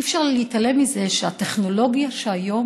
אי-אפשר להתעלם מזה שהטכנולוגיה שהיום